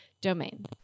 Domain